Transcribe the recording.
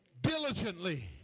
diligently